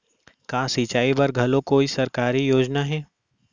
का सिंचाई बर घलो कोई सरकारी योजना हे?